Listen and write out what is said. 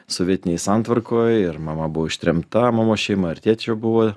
sovietinėj santvarkoj ir mama buvo ištremta mamos šeima ar tėčio buvo